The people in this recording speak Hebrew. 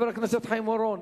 חבר הכנסת חיים אורון,